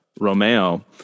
Romeo